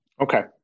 Okay